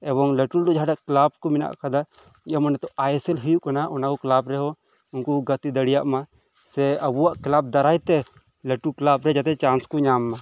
ᱮᱵᱚᱝ ᱞᱟᱴᱩ ᱞᱟᱴᱩ ᱡᱟᱦᱟᱸᱨᱮ ᱠᱮᱞᱟᱯ ᱠᱚ ᱢᱮᱱᱟᱜ ᱠᱟᱫᱟ ᱡᱮᱢᱚᱱ ᱱᱤᱛᱚᱜ ᱟᱭ ᱮᱥ ᱮᱞ ᱦᱳᱭᱳᱜ ᱠᱟᱱᱟ ᱚᱱᱟ ᱠᱚ ᱠᱮᱞᱟᱯ ᱨᱮᱦᱚᱸ ᱩᱝᱠᱩ ᱠᱚ ᱜᱟᱛᱮ ᱫᱟᱲᱮᱭᱟᱜ ᱢᱟ ᱥᱮ ᱟᱵᱚᱣᱟᱜ ᱠᱮᱞᱟᱯ ᱫᱟᱨᱟᱭ ᱛᱮ ᱞᱟᱴᱩ ᱠᱮᱞᱟᱯ ᱨᱮ ᱡᱟᱛᱮ ᱪᱟᱸᱥ ᱠᱚ ᱧᱟᱢ ᱢᱟ